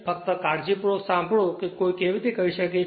ફક્ત કાળજીપૂર્વક સાંભળો કે કોઈ કેવી રીતે કરી શકે છે